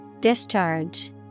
Discharge